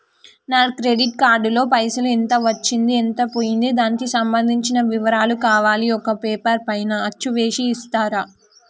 నా credit card లో పైసలు ఎంత వచ్చింది ఎంత పోయింది దానికి సంబంధించిన వివరాలు కావాలి ఒక పేపర్ పైన అచ్చు చేసి ఇస్తరా?